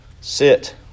sit